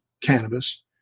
cannabis